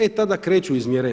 E tada kreću izmjere.